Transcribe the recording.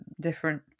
different